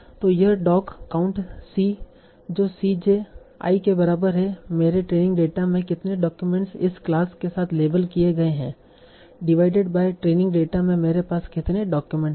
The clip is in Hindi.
तो यह doc काउंट c जो c j i के बराबर है मेरे ट्रेनिंग डेटा में कितने डॉक्यूमेंट इस क्लास के साथ लेबल किए गए हैं डीवाईडेड बाय ट्रेनिंग डेटा में मेरे पास कितने डॉक्यूमेंट हैं